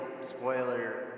spoiler